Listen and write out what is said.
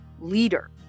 leader